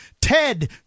ted